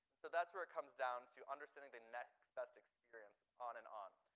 so that's where it comes down to understanding the next best experience on and on.